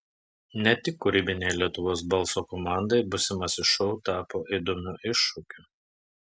ne tik kūrybinei lietuvos balso komandai būsimas šou tapo įdomiu iššūkiu